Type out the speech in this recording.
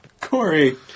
Corey